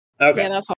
Okay